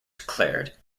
declared